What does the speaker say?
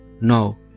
No